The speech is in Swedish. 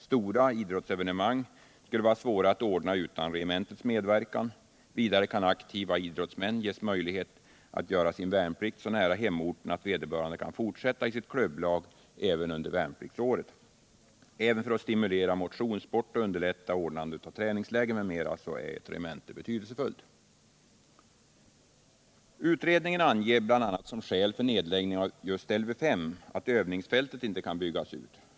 Stora idrottsevenemang skulle vara svåra att ordna utan regementets medverkan. Vidare kan aktiva idrottsmän ges möjlighet att göra sin värnplikt så nära hemorten att vederbörande kan fortsätta i sitt klubblag även under värnpliktsåret. Även för att stimulera motionssporten och underlätta ordnande av träningsläger m.m. är ett regemente betydelsefullt. Utredningen anger bl.a. som skäl för nedläggning av just Lv 5 att övningsfältet inte kan byggas ut.